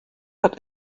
hat